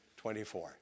24